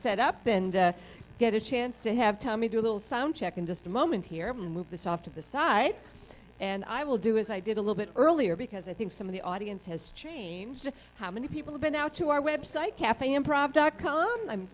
set up and get a chance to have tommy do a little sound check in just a moment here move this off to the side and i will do as i did a little bit earlier because i think some of the audience has changed and how many people have been out to our web site cafe improv dot com i